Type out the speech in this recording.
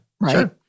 Right